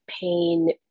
pain